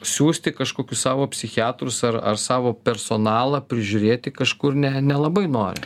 siųsti kažkokius savo psichiatrus ar ar savo personalą prižiūrėti kažkur ne nelabai nori